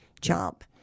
job